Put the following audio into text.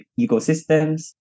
ecosystems